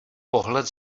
pohled